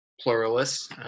pluralists